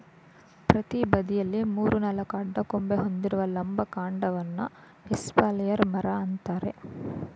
ಪ್ರತಿ ಬದಿಲಿ ಮೂರು ನಾಲ್ಕು ಅಡ್ಡ ಕೊಂಬೆ ಹೊಂದಿರುವ ಲಂಬ ಕಾಂಡವನ್ನ ಎಸ್ಪಾಲಿಯರ್ ಮರ ಅಂತಾರೆ